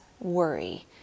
worry